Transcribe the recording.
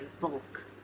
bulk